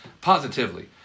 positively